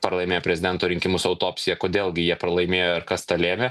pralaimėjo prezidento rinkimus autopsija kodėl gi jie pralaimėjo ir kas tą lėmė